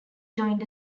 joined